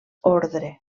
ordre